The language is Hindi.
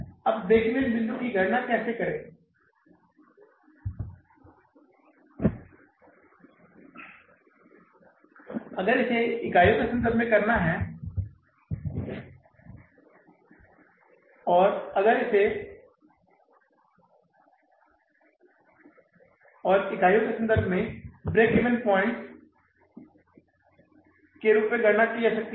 अब ब्रेक ईवन बिंदु की गणना कैसे करें अगर इसे इकाइयों के संदर्भ में गणना करना है और इकाइयों के संदर्भ में ब्रेक ईवन बिंदु रूप में गणना की जा सकती है